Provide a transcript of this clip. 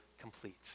complete